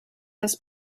das